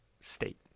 state